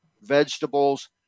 vegetables